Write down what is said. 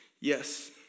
Yes